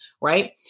Right